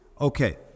Okay